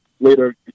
later